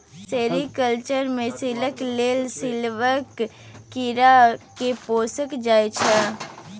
sericulture मे silk लेल सिल्कक कीरा केँ पोसल जाइ छै